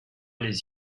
les